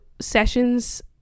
sessions